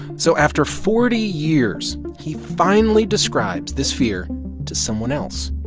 so after forty years, he finally describes this fear to someone else,